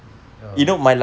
oh